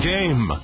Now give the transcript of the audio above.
Game